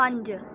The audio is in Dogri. पंज